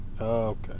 Okay